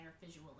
visually